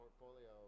portfolio